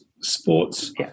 Sports